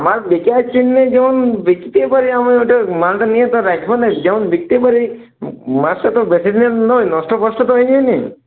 আমার বেচার জন্যে যেমন বেচতে পারি আমি ওটা মালটা নিয়ে তো রাইখব না যেমন বিকতে পারি মাছটা তো বেশিদিনের নয় নষ্ট ফষ্ট তো হয়ে যায়নি